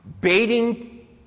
baiting